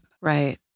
Right